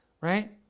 right